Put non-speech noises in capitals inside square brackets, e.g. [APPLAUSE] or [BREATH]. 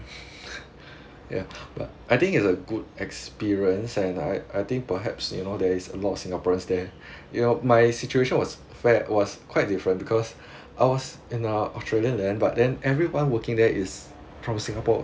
[BREATH] yeah but I think it's a good experience and I I think perhaps you know there is a lot of singaporeans there you know my situation was fair was quite different because I was in a australian land but then everyone working there is from singapore